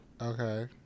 Okay